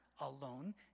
alone